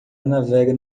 navega